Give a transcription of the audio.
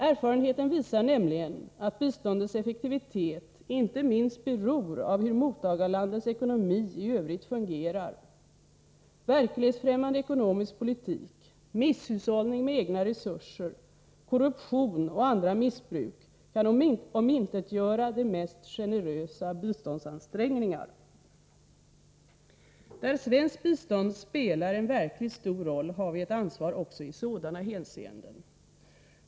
Erfarenheten visar nämligen att biståndets effektivitet inte minst beror av hur mottagarlandets ekonomi i övrigt fungerar. Verklighetsfrämmande ekonomisk politik, misshushållning med egna resurser, korruption och andra missbruk kan omintetgöra de mest generösa biståndsansträngningar. Där svenskt bistånd spelar en verkligt stor roll har vi ett ansvar också i sådana hänseenden.